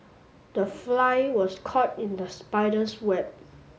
the fly was caught in the spider's web